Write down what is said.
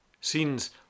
Scenes